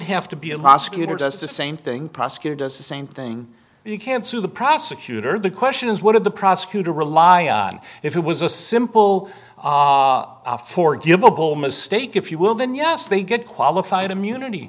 have to be a mosque you are just the same thing prosecutor does the same thing you can't sue the prosecutor the question is what have the prosecutor rely on if it was a simple forgivable mistake if you will then yes they get qualified immunity